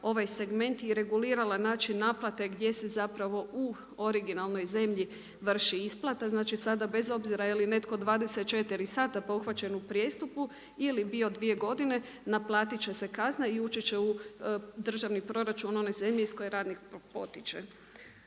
ovaj segment i regulirala način naplate gdje se zapravo u originalnoj zemlji vrši isplata. Znači sada bez obzira je li netko 24h pa uhvaćen u prijestupu ili bio 2 godine naplatiti će se kazna i ući će u državni proračun one zemlje iz koje radnik potiče.